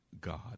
God